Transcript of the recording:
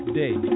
day